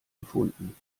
gefunden